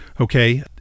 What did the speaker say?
Okay